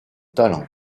talent